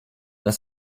das